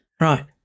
Right